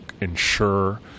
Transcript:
ensure